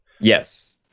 yes